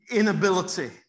inability